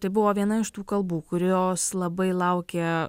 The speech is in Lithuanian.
tai buvo viena iš tų kalbų kurios labai laukė